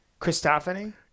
Christophany